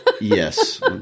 Yes